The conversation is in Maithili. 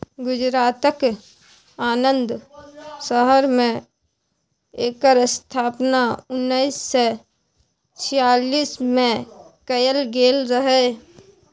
गुजरातक आणंद शहर मे एकर स्थापना उन्नैस सय छियालीस मे कएल गेल रहय